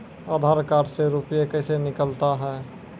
आधार कार्ड से रुपये कैसे निकलता हैं?